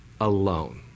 alone